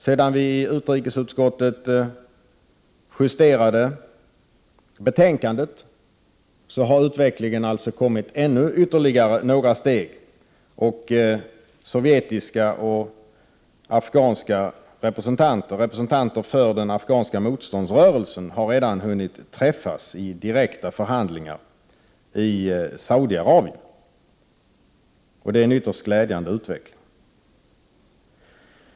Sedan vi i utrikesutskottet justerade betänkandet har utvecklingen tagit ytterligare några steg och sovjetiska representanter och representanter för den afghanska motståndsrörelsen har redan hunnit träffas i direkta förhandlingar i Saudiarabien. Det är en ytterst glädjande utveckling.